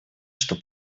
что